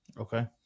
Okay